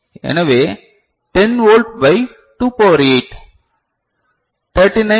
எனவே 10 volt by 2 power 8 எனவே 39